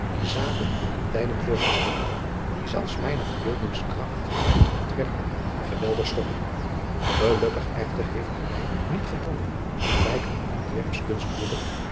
zaken en tijden voor te stellen die zelfs mijne verbeeldingskracht bij het ontwerpen geweldig schokken gelukkig echter heeft men mij niet gedwongen gelijk een antwerpsch